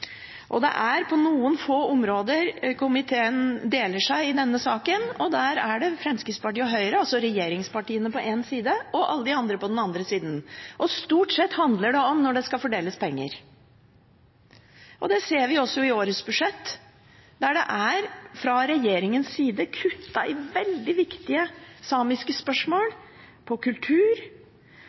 På noen få områder deler komiteen seg i denne saken. Der er Fremskrittspartiet og Høyre, altså regjeringspartiene, på den ene siden og alle de andre på den andre siden. Stort sett handler det om å fordele penger. Det ser vi også i årets budsjett, der det fra regjeringens side er kuttet i veldig viktige samiske spørsmål: på kultur,